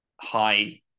high